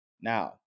Now